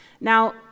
Now